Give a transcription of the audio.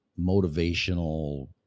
motivational